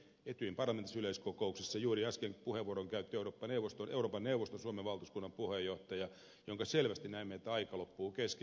etyjin parlamentaarisesta yleiskokouksesta juuri äsken puheenvuoron käytti euroopan neuvoston suomen valtuuskunnan puheenjohtaja ja selvästi näimme että hänellä aika loppui kesken